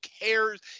cares